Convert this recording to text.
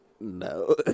no